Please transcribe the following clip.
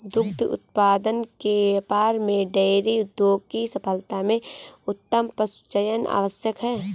दुग्ध उत्पादन के व्यापार में डेयरी उद्योग की सफलता में उत्तम पशुचयन आवश्यक है